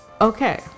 okay